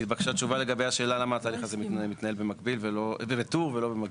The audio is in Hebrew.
והתבקשה תשובה לגבי השאלה על למה התהליך הזה מתנהל בטור ולא במקביל.